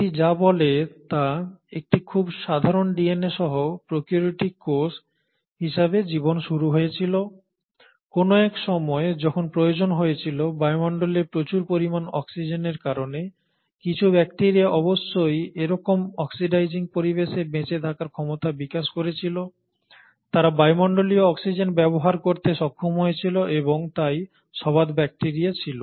এটি যা বলে তা একটি খুব সাধারণ ডিএনএ সহ প্র্যাকেরিওটিক কোষ হিসাবে জীবন শুরু হয়েছিল কোন এক সময় যখন প্রয়োজন হয়েছিল বায়ুমণ্ডলে প্রচুর পরিমাণ অক্সিজেনের কারণে কিছু ব্যাকটিরিয়া অবশ্যই এরকম অক্সিডাইজিং পরিবেশে বেঁচে থাকার ক্ষমতা বিকাশ করেছিল তারা বায়ুমণ্ডলীয় অক্সিজেন ব্যবহার করতে সক্ষম হয়েছিল এবং তাই সবাত ব্যাকটিরিয়া ছিল